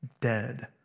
dead